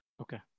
Okay